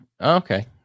Okay